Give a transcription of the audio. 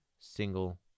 single